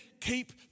keep